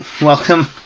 Welcome